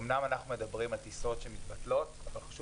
אמנם אנחנו מדברים על טיסות שמתבטלות אבל חשוב